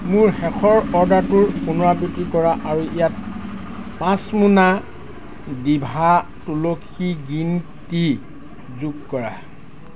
মোৰ শেষৰ অৰ্ডাৰটোৰ পুনৰাবৃত্তি কৰা আৰু ইয়াত পাঁচ মোনা ডিভা তুলসী গ্ৰীণ টি যোগ কৰা